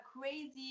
crazy